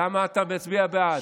למה אתה מצביע בעד,